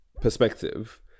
perspective